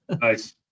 Nice